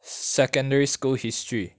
secondary school history